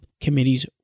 committee's